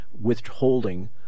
withholding